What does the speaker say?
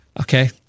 Okay